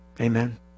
Amen